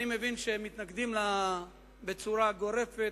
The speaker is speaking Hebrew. אני מבין שהם מתנגדים לזה בצורה גורפת,